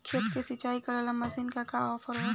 खेत के सिंचाई करेला मशीन के का ऑफर बा?